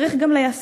צריך גם ליישם.